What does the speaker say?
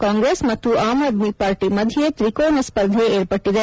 ಕಾಂಗ್ರೆಸ್ ಮತ್ತು ಆಮ್ ಆದ್ಮಿ ಪಾರ್ಟಿ ಮಧ್ಯೆ ತ್ರಿಕೋನ ಸ್ಪರ್ಧೆ ಏರ್ಪಟ್ಟಿದೆ